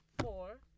four